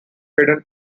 hidden